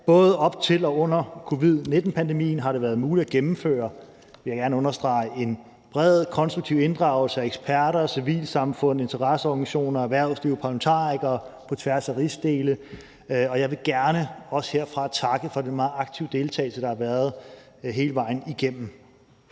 Både op til og under covid 19-pandemien har det været muligt at gennemføre, det vil jeg gerne understrege, en bred konstruktiv inddragelse af eksperter, civilsamfund, interesseorganisationer, erhvervsliv, parlamentarikere på tværs af rigsdele. Jeg vil gerne også herfra takke for den meget aktive deltagelse, der har været hele vejen igennem.